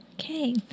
Okay